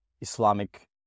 Islamic